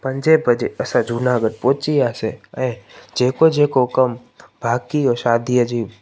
पंजे बजे असां जूनागढ़ पहुची वियासीं ऐं जेको जेको कमु बाक़ी हो शादीअ जी